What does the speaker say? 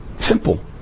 simple